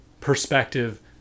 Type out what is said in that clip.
perspective